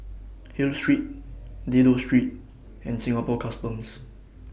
Hill Street Dido Street and Singapore Customs